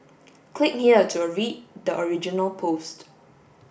click here to read the original post